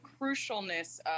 crucialness